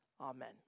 Amen